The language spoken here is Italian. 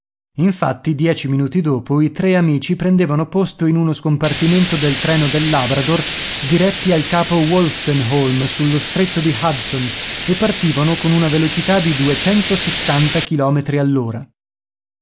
infatti dieci minuti dopo i tre amici prendevano posto in uno scompartimento del treno del labrador diretti al capo wolstenholme sullo stretto di hudson e partivano con una velocità di duecentosettanta chilometri